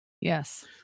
yes